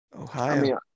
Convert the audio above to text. ohio